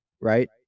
right